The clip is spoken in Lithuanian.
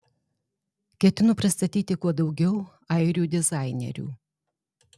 ketinu pristatyti kuo daugiau airių dizainerių